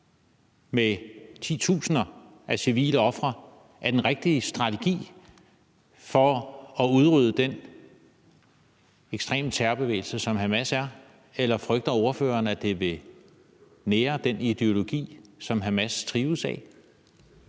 med titusinder af civile ofre er den rigtige strategi for at udrydde den ekstreme terrorbevægelse, som Hamas er, eller frygter ordføreren, at det vil nære den ideologi, som Hamas drives af?